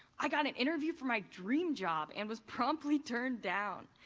i got an interview for my dream job and was promptly turned down.